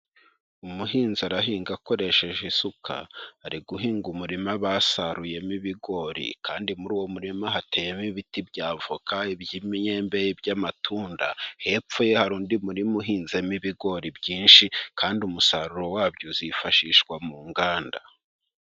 Umuhinzi arahinga akoresheje isuka, ari guhinga umurima basaruyemo ibigori kandi muri uwo murima hateyemo ibiti by'avoka, iby'myembe, by'amatunda, hepfo ye hari undi murima uhinzemo ibigori byinshi kandi umusaruro wabyo uzifashishwa mu nganda.